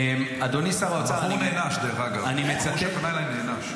אדוני שר האוצר -- דרך אגב, הבחור נענש.